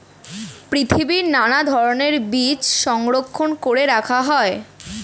পৃথিবীর নানা ধরণের বীজ সংরক্ষণ করে রাখা হয়